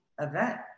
event